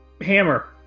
hammer